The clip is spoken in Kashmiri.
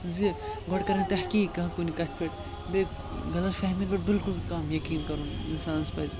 زِ گۄڈٕ کَرَن تحقیٖق کانٛہہ کُنہِ کَتھِ پٮ۪ٹھ بیٚیہِ غلط فٮ۪ہمین پٮ۪ٹھ بلکل نہٕ کانٛہہ یقیٖن کَرُن اِنسانَس پَزِ